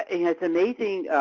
it's amazing